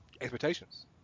Expectations